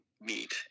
meet